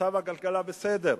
מצב הכלכלה בסדר.